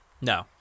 No